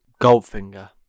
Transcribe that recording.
Goldfinger